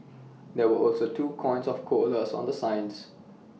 there were also two icons of koalas on the signs